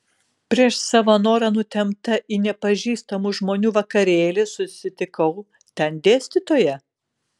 prieš savo norą nutempta į nepažįstamų žmonių vakarėlį susitikau ten dėstytoją